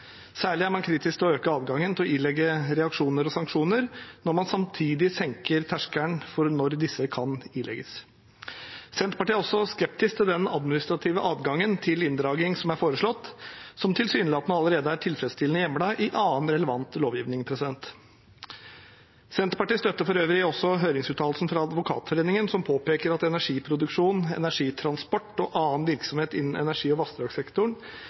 Særlig er man kritisk til å øke adgangen til å ilegge reaksjoner og sanksjoner når man samtidig senker terskelen for når disse kan ilegges. Senterpartiet er også skeptisk til den administrative adgangen til inndragning som er foreslått, som tilsynelatende allerede er tilfredsstillende hjemlet i annen relevant lovgivning. Senterpartiet støtter for øvrig også høringsuttalelsen fra Advokatforeningen, som påpeker at energiproduksjon, energitransport og annen virksomhet innen energi- og vassdragssektoren